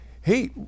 Hey